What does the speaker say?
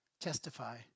testify